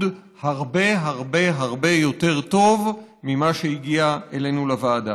הרבה הרבה הרבה יותר טוב ממה שהגיע אלינו לוועדה.